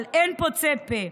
אבל אין פוצה פה.